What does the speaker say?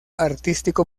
artístico